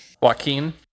Joaquin